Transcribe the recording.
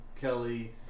Kelly